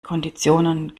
konditionen